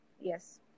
Yes